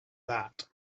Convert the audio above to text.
that